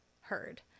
heard